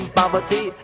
poverty